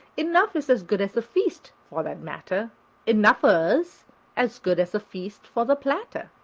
enough is as good as a feast for that matter enougher's as good as a feast for the platter.